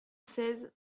seize